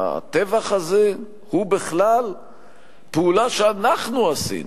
הטבח הזה הוא בכלל פעולה שאנחנו עשינו,